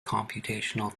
computational